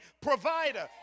provider